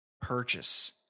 purchase